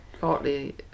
partly